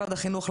למשרד החינוך,